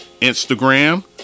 Instagram